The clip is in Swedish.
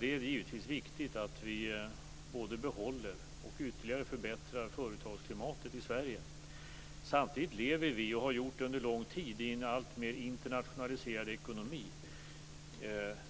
Det är givetvis viktigt att vi både behåller och ytterligare förbättrar företagsklimatet i Sverige. Samtidigt lever vi - och har gjort under en lång tid - i en alltmer internationaliserad ekonomi.